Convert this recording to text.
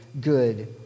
good